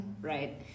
right